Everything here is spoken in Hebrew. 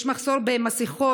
יש מחסור במסכות,